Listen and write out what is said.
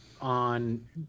on